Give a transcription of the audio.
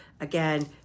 again